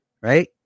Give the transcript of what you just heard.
right